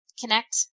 connect